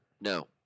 No